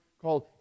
called